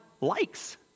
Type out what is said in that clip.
likes